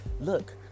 look